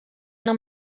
una